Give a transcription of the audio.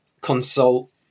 consult